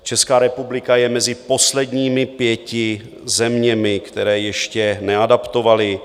Česká republika je mezi posledními pěti zeměmi, které ještě neadaptovaly.